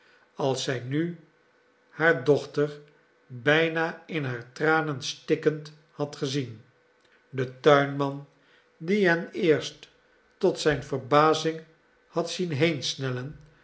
als zij nu haar dochter bijna in haar tranen stikkend had gezien de tuinman die hen eerst tot zijn verbazing had zien